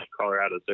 Colorado